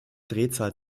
drehzahl